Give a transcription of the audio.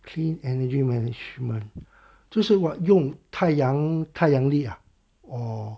clean energy management 就是我用太阳太阳力啊 !whoa!